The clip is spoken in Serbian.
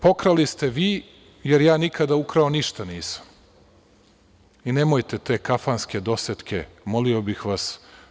Pokrali ste vi, jer ja ukrao ništa nisam i nemojte te kafanske dosetke, molio bih vas.